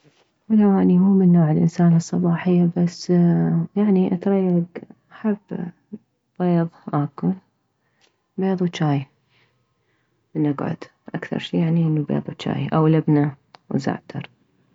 ولو اني مو من نوع الانسانة الصباحية بس يعني اتريك احب بيض اكل بيض وجاي من اكعد اكثر شي يعني بيض وجاي او لبنة وزعتر